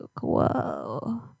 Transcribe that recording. whoa